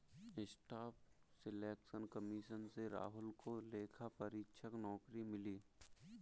staff selection commission से राहुल को लेखा परीक्षक नौकरी मिली